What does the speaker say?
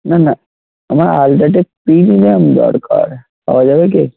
না না আমার আল্ট্রাটেক প্রিমিয়াম দরকার পাওয়া যাবে কি